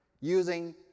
using